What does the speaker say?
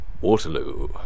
Waterloo